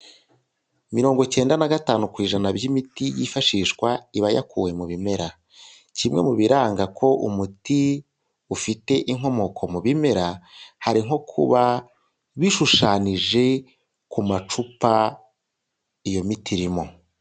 Mirongo icyenda na gatanu ku ijana by'imiti yifashishwa iba yakuwe mu bimera, kimwe mu biranga ko umuti ufite inkomoko mu bimera hari nko kuba bishushanyije ku macupa iyo miti irimo.